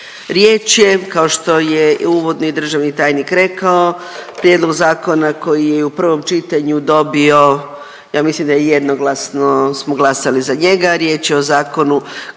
Riječ je, kao što je i uvodno i državni tajnik rekao, prijedlog zakona koji je i u prvom čitanju dobio, ja mislim da je jednoglasno smo glasali za njega. Riječ je o zakonu